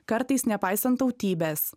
kartais nepaisant tautybės